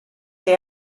que